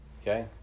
okay